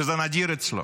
שזה נדיר אצלו.